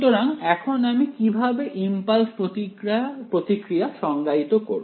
সুতরাং এখন আমি কিভাবে ইম্পালস প্রতিক্রিয়া সংজ্ঞায়িত করব